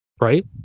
Right